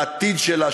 לעתיד שלה,